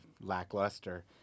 lackluster